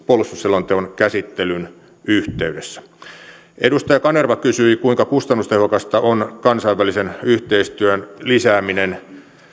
puolustusselonteon käsittelyn yhteydessä edustaja kanerva kysyi kuinka kustannustehokasta on kansainvälisen yhteistyön lisääminen